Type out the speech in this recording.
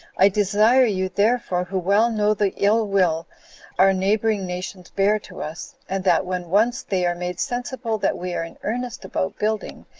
i desire you, therefore who well know the ill-will our neighboring nations bear to us, and that when once they are made sensible that we are in earnest about building,